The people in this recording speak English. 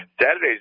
Saturday's